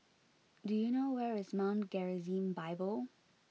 do you know where is Mount Gerizim Bible